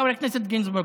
חבר הכנסת גינזבורג,